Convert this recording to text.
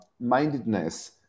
mindedness